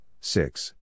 six